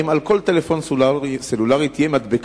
האם על כל טלפון סלולרי תהיה מדבקה,